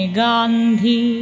gandhi